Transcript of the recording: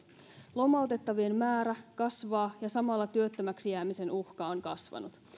lomautettavien määrä kasvaa ja samalla työttömäksi jäämisen uhka on kasvanut